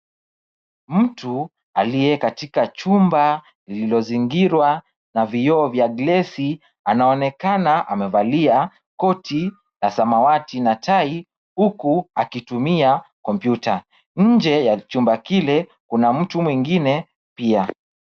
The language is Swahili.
Mtu aliye katika chumba liliozingirwa na vioo vya glesi, anaonekana amevalia koti la samawati na tai huku akitumia kompyuta. Nje ya chumba kile kuna mtu mwingine pia.